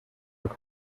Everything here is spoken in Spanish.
que